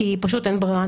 כי אין ברירה.